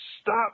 Stop